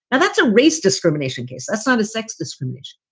now, that's a race discrimination case. that's not a sex discrimination.